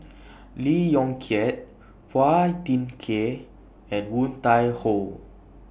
Lee Yong Kiat Phua Thin Kiay and Woon Tai Ho